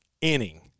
inning